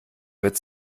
wird